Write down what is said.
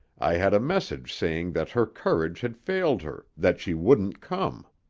i had a message saying that her courage had failed her, that she wouldn't come.